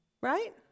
right